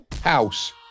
house